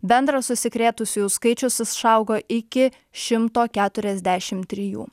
bendras užsikrėtusiųjų skaičius išaugo iki šimto keturiasdešimt trijų